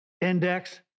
index